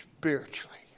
Spiritually